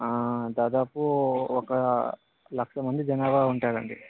దాదాపు ఒక లక్ష మంది జనాభా ఉంటారండి